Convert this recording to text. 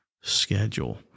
schedule